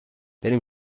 بریم